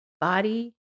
body